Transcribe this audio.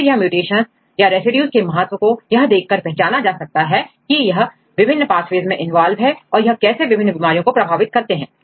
फिर यह म्यूटेशंस या रेसिड्यूज के महत्व को यह देख कर पहचाना जा सकता है की क्या यह विभिन्न पाथवेज में इंवॉल्व है और यह कैसे विभिन्न बीमारियों को प्रभावित करते हैं